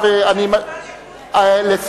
אני ראיתי אותך,